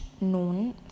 known